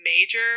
major